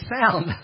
sound